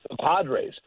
Padres